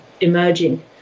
emerging